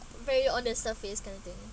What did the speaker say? very on the surface kind of thing